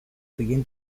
began